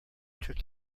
took